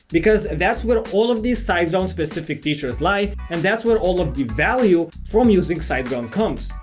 because, that's where all of these siteground specific features lie and that's where all of the value from using siteground comes.